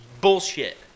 Bullshit